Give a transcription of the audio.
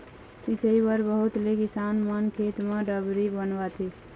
सिंचई बर बहुत ले किसान मन खेत म डबरी बनवाथे